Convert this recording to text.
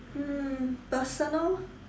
hmm personal